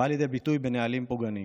ובאה לידי ביטוי בנהלים פוגעניים,